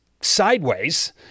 sideways